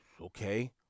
okay